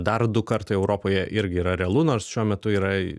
dar du kartai europoje irgi yra realu nors šiuo metu yra